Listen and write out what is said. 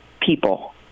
people